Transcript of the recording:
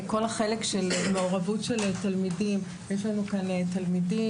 כל החלק של מעורבות של תלמידים יש לנו כאן תלמידים,